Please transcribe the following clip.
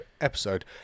episode